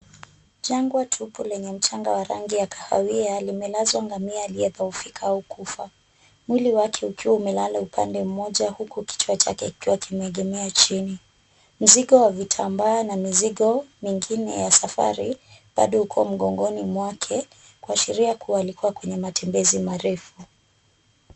Jangwa tupu lenye mchanga wa rangi ya kahawia limelazwa ngamia aliyedhoofika kukufa. Mwili wake ukiwa umelala upande mmoja huku kichwa chake kikiwa kimeegemea chini. Mzigo wa vitambaa na mizigo mingine ya safari bado uko mgongoni mwake. Kwa sheria kuu alikuwa kwenye matembezi marefu.